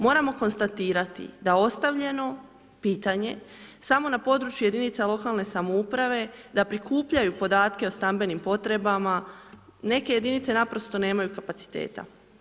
Moramo konstatirati da ostavljeno pitanje samo na području jedinica lokalne samouprave da prikupljaju podatke o stambenim potrebama neke jedinice naprosto nemaju kapaciteta.